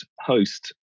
host